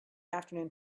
afternoon